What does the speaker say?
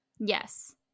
Yes